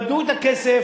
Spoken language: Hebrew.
פדו את הכסף,